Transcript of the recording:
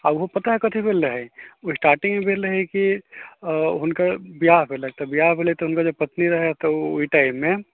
ओहो पता हइ कथी भेल रहै स्टार्टिंगमे भेल रहै कि हुनकर बिआह भेलै बिआह भेलै तऽ हुनकर जे पत्नी रहथि ओ ओ टाइममे